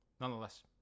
Nonetheless